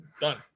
Done